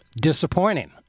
disappointing